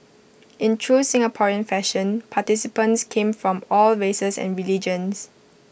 in true Singaporean fashion participants came from all races and religions